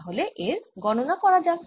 তাহলে এর গণনা করা যাক